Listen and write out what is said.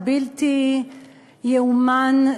הבלתי-ייאמן: